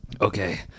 Okay